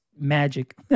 magic